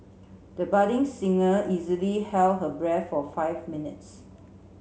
the budding singer easily held her breath for five minutes